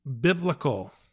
biblical